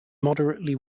moderately